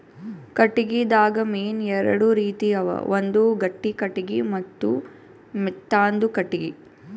ಕಟ್ಟಿಗಿದಾಗ್ ಮೇನ್ ಎರಡು ರೀತಿ ಅವ ಒಂದ್ ಗಟ್ಟಿ ಕಟ್ಟಿಗಿ ಮತ್ತ್ ಮೆತ್ತಾಂದು ಕಟ್ಟಿಗಿ